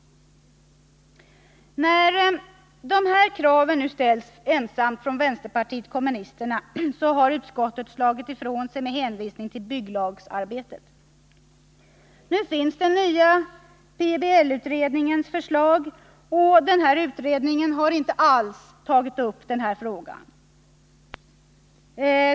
När dessa krav nu ställs från vpk ensamt, har utskottet slagit ifrån sig med hänvisning till bygglagsarbetet. Nu finns den nya PBL-utredningens förslag, och den utredningen har inte alls tagit upp denna fråga.